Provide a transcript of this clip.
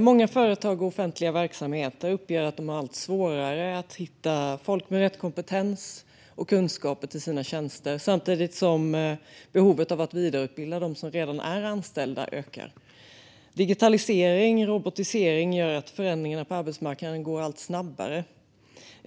Många företag och offentliga verksamheter uppger att de har allt svårare att hitta folk med rätt kompetens och kunskaper till sina tjänster. Samtidigt ökar behovet av att vidareutbilda dem som redan är anställda. Digitalisering och robotisering gör att förändringarna på arbetsmarknaden går allt snabbare.